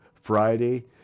Friday